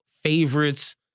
favorites